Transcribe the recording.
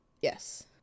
yes